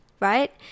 right